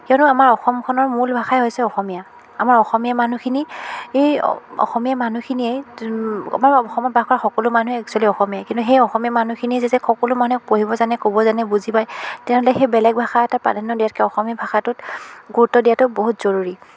কিয়নো আমাৰ অসমখনৰ মূল ভাষাই হৈছে অসমীয়া আমাৰ অসমীয়া মানুহখিনি ই অসমীয়া মানুহখিনিয়ে আমাৰ অসমত বাস কৰা সকলো মানুহে একচুৱেলী অসমীয়াই কিন্তু সেই অসমীয়া মানুহখিনিয়ে যেতিয়া সকলো মানুহে পঢ়িব জানে ক'ব জানে বুজি পায় তেনেহ'লে সেই বেলেগ ভাষা এটা প্ৰাধান্য দিয়াতকৈ অসমীয়া ভাষাটোত গুৰুত্ব দিয়াটো বহুত জৰুৰী